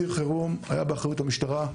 ציר חירום, היה באחריות המשטרה.